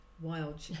wild